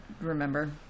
remember